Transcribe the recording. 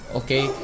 okay